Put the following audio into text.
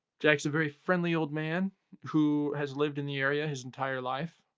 jack's a very friendly old man who has lived in the area his entire life.